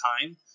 time